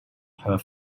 her